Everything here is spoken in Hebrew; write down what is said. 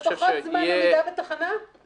זה פחות זמן עמידה בתחנה.